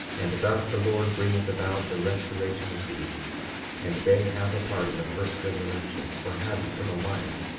and thus the lord bringeth about the restoration of these and they have a part in the first resurrection, or have eternal life,